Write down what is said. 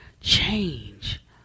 change